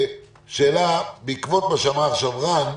שאלה בעקבות מה שאמר עכשיו רן,